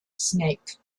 snake